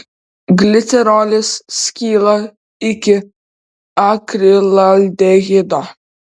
glicerolis skyla iki akrilaldehido